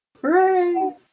Hooray